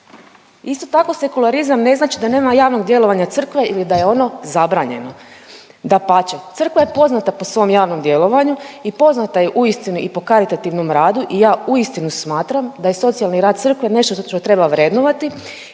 Isto tako sekularizam ne znači da nema javnog djelovanja Crkve ili da je ono zabranjeno, dapače, Crkva je poznata po svom djelovanju i poznata je uistinu i po karitativnom radu i ja uistinu smatram da je socijalni rad crkve nešto što treba vrednovati